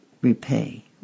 repay